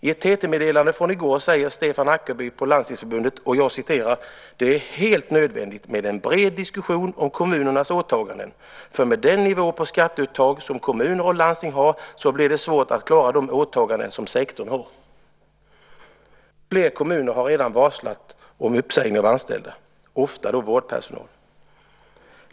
I ett TT-meddelande från i går uttalar Stefan Ackerby på Landstingsförbundet: "Det är helt nödvändigt med en bred diskussion om kommunernas åtaganden, för med den nivå på skatteuttag som kommuner och landsting har så blir det svårt att klara av de åtaganden som sektorn har." Flera kommuner har redan varslat om uppsägning av anställda, ofta av vårdpersonal.